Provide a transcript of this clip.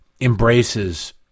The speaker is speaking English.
embraces